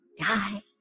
die